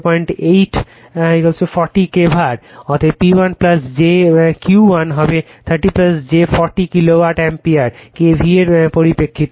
অতএব P 1 j Q 1 হবে 30 j 40 kilovolt ampere K V A এর পরিপ্রেক্ষিতে